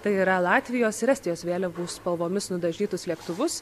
tai yra latvijos ir estijos vėliavų spalvomis nudažytus lėktuvus